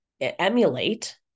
emulate